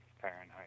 Fahrenheit